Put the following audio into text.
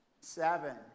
Seven